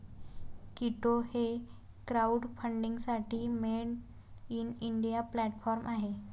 कीटो हे क्राउडफंडिंगसाठी made in India platform आहे